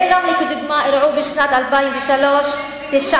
ברמלה, לדוגמה, אירעו בשנת 2003, זה זילות הנושא.